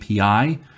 API